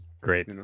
Great